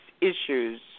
issues